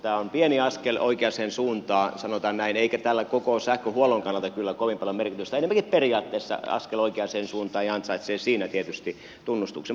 tämä on pieni askel oikeaan suuntaan sanotaan näin eikä tällä koko sähköhuollon kannalta kyllä kovin paljon ole merkitystä enempikin periaatteessa askel oikeaan suuntaan ja ansaitsee siinä tietysti tunnustuksen